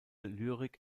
lyrik